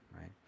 right